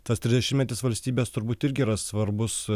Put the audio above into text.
tas trisdešimtmetis valstybės turbūt irgi yra svarbus